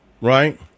right